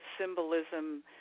symbolism